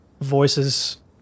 voices